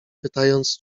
pytając